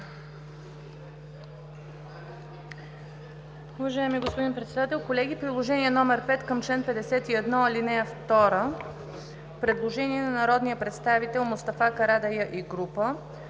Уважаеми господин Председател, колеги! В Приложение № 5 към чл. 51, ал. 2 – предложение на народния представител Мустафа Карадайъ и група